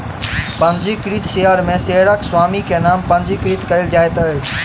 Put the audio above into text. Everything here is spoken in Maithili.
पंजीकृत शेयर में शेयरक स्वामी के नाम पंजीकृत कयल जाइत अछि